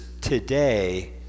today